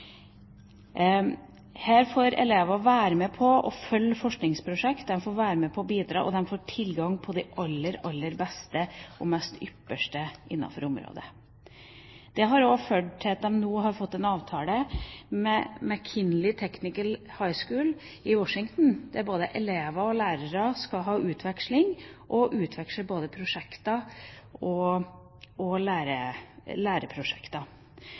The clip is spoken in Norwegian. Her får elever følge forskningsprosjekt, de får være med og bidra, og de får tilgang på det aller, aller beste og det ypperste innenfor området. Det har også ført til at en nå har fått en avtale med McKinley Technology High School i Washington, der både elever og lærere skal utveksle læreprosjekter og andre prosjekter, og de skal kobles opp mot Oslo Cancer Cluster og